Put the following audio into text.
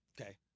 Okay